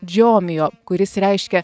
džiomijo kuris reiškia